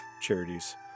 charities